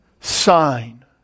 sign